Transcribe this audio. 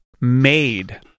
made